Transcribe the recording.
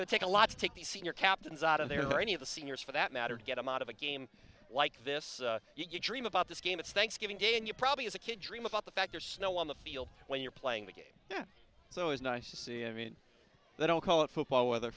going take a lot to take the senior captains out of there or any of the seniors for that matter to get him out of a game like this you dream about this game it's thanksgiving day and you probably as a kid dream about the fact there's snow on the field when you're playing the game so it's nice to see i mean they don't call it football weather